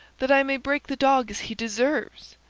that i may break the dog as he deserves,